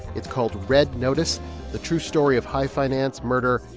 it's called red notice the true story of high finance, murder,